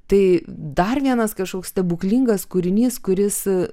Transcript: tai dar vienas kažkoks stebuklingas kūrinys kuris